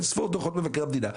אינספור דו"חות מבקרי המדינה,